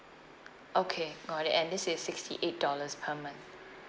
okay got it and this is sixty eight dollars per month